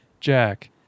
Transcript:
jack